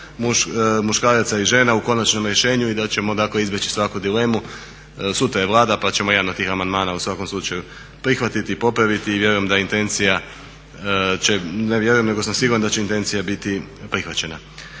muškaraca i žena u konačnom rješenju i da ćemo dakle izbjeći svaku dilemu. Sutra je Vlada pa ćemo jedan od tih amandmana u svakom slučaju prihvatiti, popraviti i vjerujem da intencija, ne vjerujem nego sam siguran da će intencija biti prihvaćena.